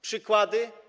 Przykłady?